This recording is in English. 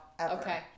Okay